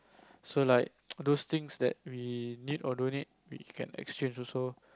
so like those things that we need or don't need we can exchange also